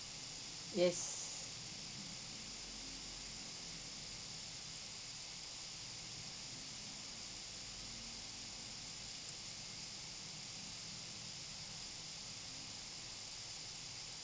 yes